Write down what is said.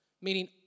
meaning